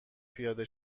پیاده